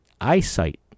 eyesight